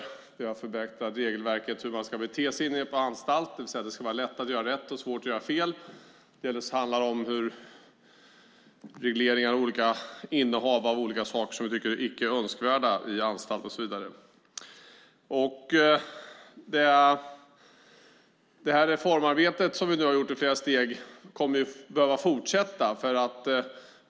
Vi har också förbättrat regelverket för hur man ska bete sig inne på anstalten, det vill säga det ska vara lätt att göra rätt och svårt att göra fel. Delvis handlar det om regleringen av innehav av olika icke-önskvärda saker på anstalterna. Det reformarbete som vi gjort i flera steg kommer att behöva fortsätta.